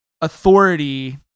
authority